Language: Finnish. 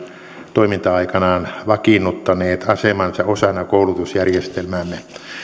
toiminta aikanaan vakiinnuttaneet asemansa osana koulutusjärjestelmäämme